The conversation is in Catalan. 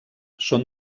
són